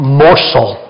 morsel